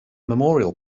memorial